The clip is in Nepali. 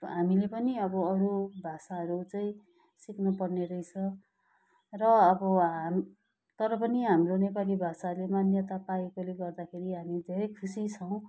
हामीले पनि अब अरू भाषाहरू चाहिँ सिक्नुपर्ने रहेछ र अब हामी तर पनि हाम्रो नेपाली भाषाहरूले मान्यता पाएकोले गर्दाखेरि हामी धेरै खुसी छौँ